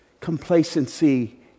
complacency